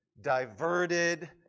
diverted